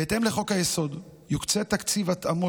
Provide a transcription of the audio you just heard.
בהתאם לחוק-היסוד יוקצה תקציב התאמות,